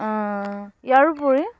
ইয়াৰোপৰি